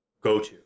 go-to